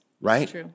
Right